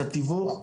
את התיווך,